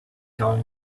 down